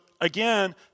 again